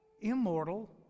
immortal